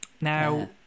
Now